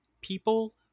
people